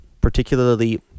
particularly